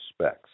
specs